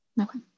Okay